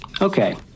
okay